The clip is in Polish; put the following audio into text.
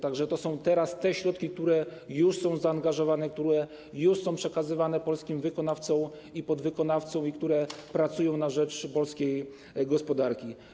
Tak że to są te środki, które teraz są już zaangażowane, które są przekazywane polskim wykonawcom i podwykonawcom, które pracują na rzecz polskiej gospodarki.